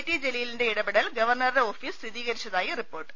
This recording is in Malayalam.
ടി ജലീലിന്റെ ഇടപെടൽ ഗവർണറുടെ ഓഫീസ് സ്ഥിരീകരിച്ച തായി റിപ്പോർട്ട്